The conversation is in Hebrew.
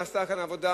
נעשתה כאן עבודה,